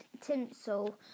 tinsel